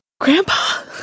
Grandpa